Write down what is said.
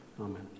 Amen